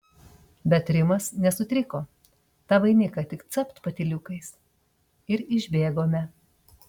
bet rimas nesutriko tą vainiką tik capt patyliukais ir išbėgome